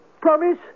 Promise